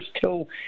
till